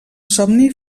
somni